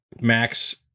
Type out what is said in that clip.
Max